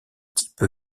type